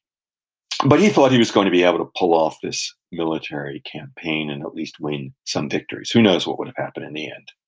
but he thought he was going to be able to pull off this military campaign and at least win some victories. who knows what would have happened in the end?